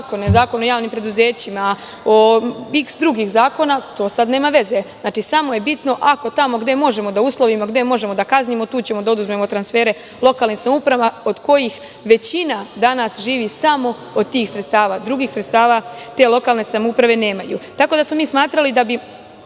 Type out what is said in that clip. Zakon o javnim preduzećima, o iks drugih zakona, to sad nema veze. Znači, samo je bitno ako tamo gde možemo da uslovimo, gde možemo da kaznimo, tu ćemo da oduzmemo transfere lokalnim samoupravama, od kojih većina danas živi samo od tih sredstava, drugih sredstava te lokalne samouprave nemaju. Smatrali smo da bi,